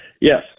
yes